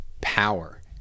power